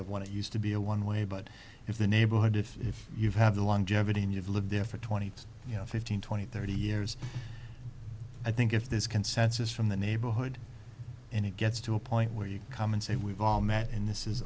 of want to use to be a one way but if the neighborhood if you have the longevity and you've lived there for twenty you know fifteen twenty thirty years i think if there's consensus from the neighborhood and it gets to a point where you can come and say we've all met in this is